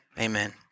amen